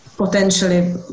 potentially